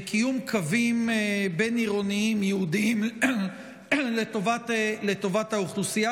בקיום קווים בין-עירוניים ייעודיים לטובת האוכלוסייה?